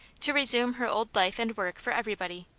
to resume her old life and work for every body,